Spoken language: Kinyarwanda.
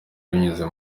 binyuze